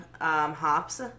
hops